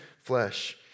flesh